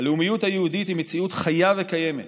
הלאומיות היהודית היא מציאות חיה וקיימת.